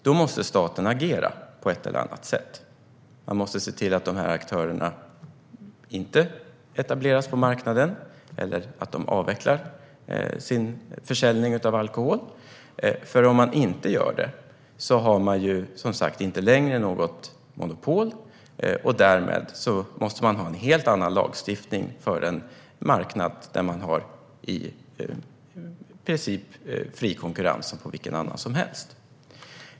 Då måste staten agera på ett eller annat sätt. Man måste se till att dessa aktörer inte etableras på marknaden eller att de avvecklar sin försäljning av alkohol. Om man inte gör det har man ju inte längre något monopol, och då måste man ha en helt annan lagstiftning för en marknad där det råder fri konkurrens.